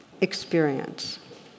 Experience